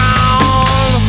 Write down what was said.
on